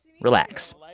relax